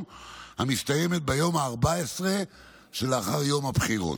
המסתיימת ביום ה-14 שלאחר יום הבחירות.